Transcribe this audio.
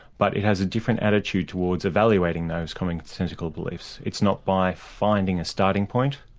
but it has a different attitude towards evaluating those commonsensical beliefs. it's not by finding a starting point,